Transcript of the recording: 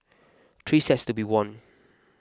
three sets to be won